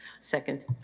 Second